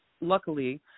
luckily